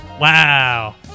Wow